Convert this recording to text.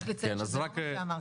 רק אציין שזה לא מה שאמרתי.